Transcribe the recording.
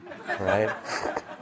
Right